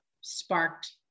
sparked